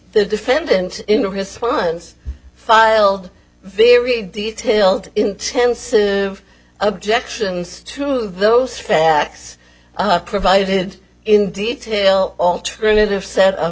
the defendant in response filed very detailed intensive objections to those facts provided in detail alternative set of